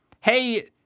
hey